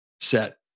set